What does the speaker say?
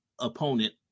opponent